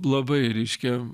labai reiškia